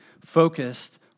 focused